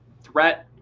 threat